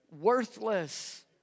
worthless